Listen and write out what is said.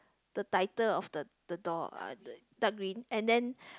the title of the the door uh the dark green and then